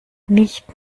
nicht